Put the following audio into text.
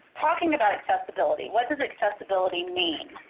talking about accessibility, what does accessibility mean?